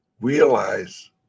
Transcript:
realize